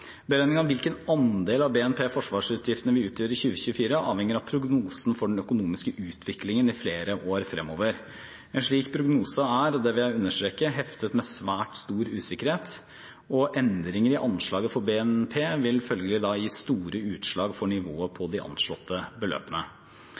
hvilken andel av BNP forsvarsutgiftene vil utgjøre i 2024, avhenger av prognosen for den økonomiske utviklingen flere år fremover. En slik prognose er, og det vil jeg understreke, heftet med svært stor usikkerhet, og endringer i anslaget for BNP vil følgelig gi store utslag for nivået på